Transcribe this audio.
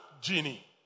genie